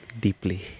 deeply